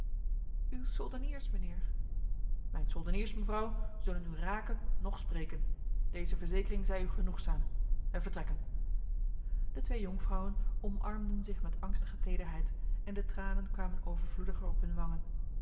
uw soldeniers mijnheer mijn soldeniers mevrouw zullen u raken noch spreken deze verzekering zij u genoegzaam wij vertrekken de twee jonkvrouwen omarmden zich met angstige tederheid en de tranen kwamen overvloediger op hun